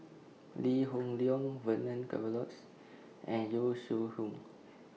Lee Hoon Leong Vernon Cornelius and Yong Shu Hoong